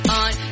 on